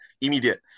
immediate